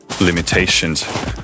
limitations